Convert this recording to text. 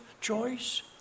choice